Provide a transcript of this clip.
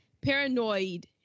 paranoid